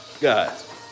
guys